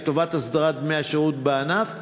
לטובת הסדרת דמי השירות בענף.